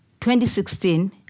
2016